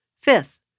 Fifth